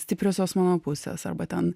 stipriosios mano pusės arba ten